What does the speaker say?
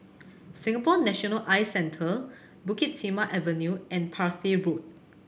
Singapore National Eye Center Bukit Timah Avenue and Parsi Road